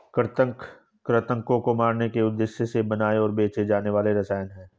कृंतक कृन्तकों को मारने के उद्देश्य से बनाए और बेचे जाने वाले रसायन हैं